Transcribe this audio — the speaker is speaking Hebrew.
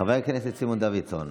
חבר הכנסת סימון דוידסון.